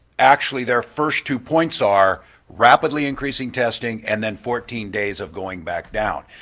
actually their first two points are rapidly increasing testing and then fourteen days of going back down.